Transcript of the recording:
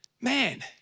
man